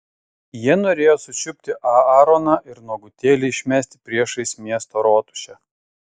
jie norėjo sučiupti aaroną ir nuogutėlį išmesti priešais miesto rotušę